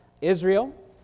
Israel